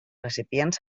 recipients